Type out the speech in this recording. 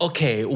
Okay